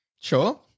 Sure